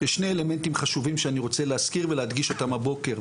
יש שני אלמנטים חשובים שאני רוצה להזכיר ולהדגיש אותם הבוקר,